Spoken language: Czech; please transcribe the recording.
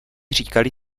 říkali